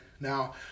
Now